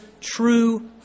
true